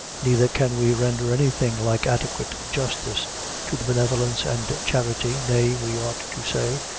neither can we render anything like adequate justice to the benevolence and charity nay, we ought to say,